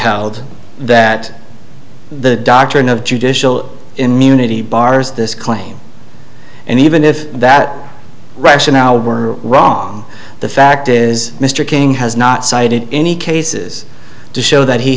held that the doctrine of judicial immunity barres this claim and even if that rationale were wrong the fact is mr king has not cited any cases to show that he